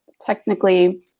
technically